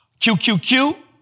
QQQ